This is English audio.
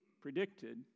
predicted